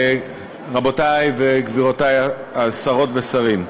רבותי וגבירותי השרות והשרים,